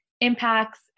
impacts